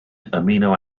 amino